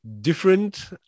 different